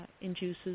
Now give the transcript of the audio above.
induces